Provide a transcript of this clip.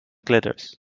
glitters